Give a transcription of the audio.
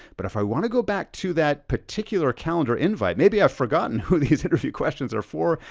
but if i wanna go back to that particular calendar invite maybe i've forgotten who these interview questions are for,